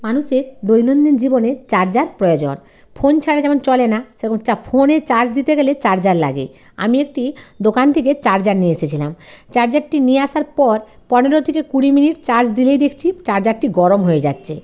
মানুষের দৈনন্দিন জীবনে চার্জার প্রয়োজন ফোন ছাড়া যেমন চলে না সেরকম ফোনে চার্জ দিতে গেলে চার্জার লাগে আমি একটি দোকান থেকে চার্জার নিয়ে এসেছিলাম চার্জারটি নিয়ে আসার পর পনেরো থেকে কুড়ি মিনিট চার্জ দিলেই দেখছি চার্জারটি গরম হয়ে যাচ্ছে